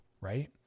right